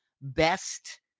best